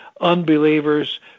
unbelievers